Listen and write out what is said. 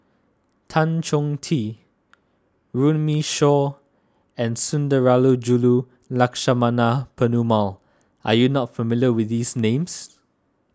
Tan Chong Tee Runme Shaw and Sundarajulu Lakshmana Perumal are you not familiar with these names